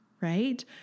right